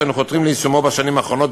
שאנו חותרים ליישומו בשנים האחרונות,